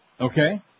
Okay